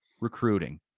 recruiting